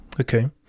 okay